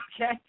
okay